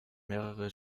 mehrere